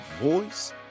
Voice